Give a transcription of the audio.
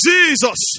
Jesus